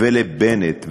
ולבנט,